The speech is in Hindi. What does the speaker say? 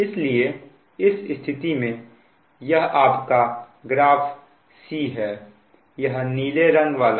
इसलिए इस स्थिति में यह आपका ग्राफ c है यह नीले रंग वाला